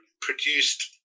produced